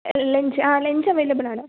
lunch ആ lunch available ആണ്